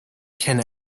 can